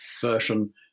version